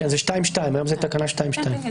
2כן. זה 2(2). כן.